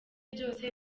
byose